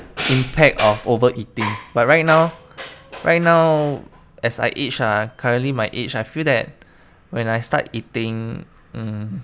impact of overeating but right now right now as I age ah currently my age I feel that when I start eating um